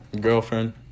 girlfriend